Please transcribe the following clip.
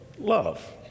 love